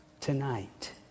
tonight